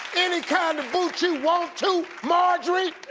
any kind of boots you want to, marjorie?